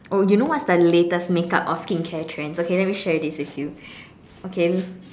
oh you know what is the latest makeup or skincare trends okay let me share this with you okay